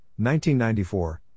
1994